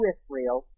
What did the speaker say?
Israel